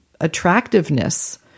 attractiveness